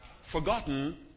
forgotten